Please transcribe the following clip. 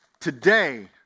today